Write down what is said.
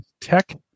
Tech